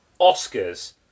Oscars